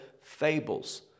fables